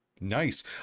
Nice